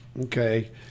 Okay